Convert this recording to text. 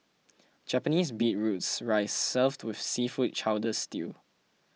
Japanese beetroots rice served with seafood chowder stew